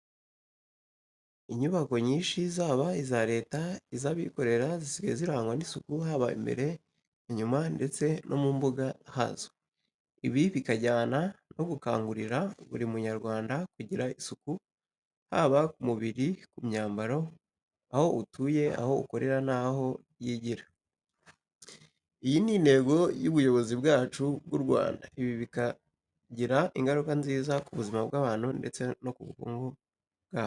Inyubako nyinshi zaba iza Leta, zaba iz'abikorera zisigaye zirangwa n'isuku haba imbere, inyuma ndetse no mu mbuga hazo. Ibi bikajyana no gukangurira buri munyarwanda kugira isuku haba ku mubiri, ku myambaro, aho atuye, aho akorera n'aho yigira. Iyi ni intego y'ubuyobozi bwacu bw'u Rwanda. Ibi bikagira ingaruka nziza ku buzima bw'abantu ndetse no ku bukungu bwabo.